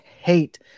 hate